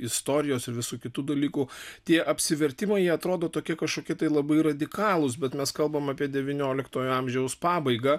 istorijos ir visų kitų dalykų tie apsivertimai atrodo tokie kažkokie tai labai radikalūs bet mes kalbam apie devynioliktojo amžiaus pabaigą